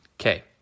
Okay